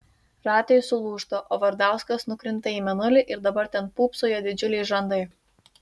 ratai sulūžta o vardauskas nukrinta į mėnulį ir dabar ten pūpso jo didžiuliai žandai